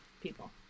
people